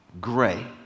gray